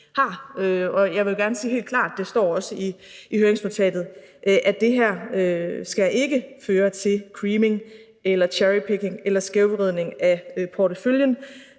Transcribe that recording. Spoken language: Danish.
også i høringsnotatet, at det her ikke skal føre til creaming eller cherrypicking eller skævvridning af porteføljen.